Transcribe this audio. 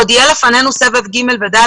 עוד יהיה לפנינו סבב שלישי ורביעי.